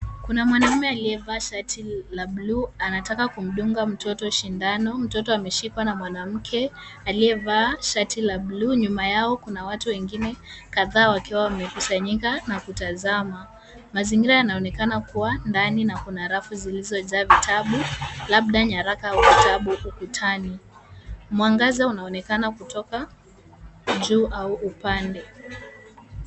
Kuna mwanaume aliyevaa shati la blue . Anataka kumdunga mtoto sindano. Mtoto ameshikwa na mwanamke aliyevaa shati la blue . Nyuma yao kuna watu wengine kadhaa wakiwa wamekusanyika na kutazama. Mazingira yanaonekana kuwa ndani na kuna rafu zilizojaa vitabu labda nyaraka au vitabu ukutani. Mwangaza unaonekana kutoka juu au upande.